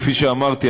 כפי שאמרתי,